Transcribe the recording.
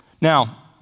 Now